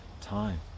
time